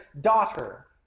daughter